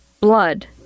blood